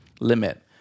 limit